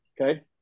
okay